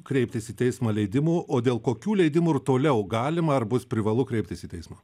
kreiptis į teismą leidimų o dėl kokių leidimų ir toliau galima ar bus privalu kreiptis į teismą